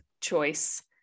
choice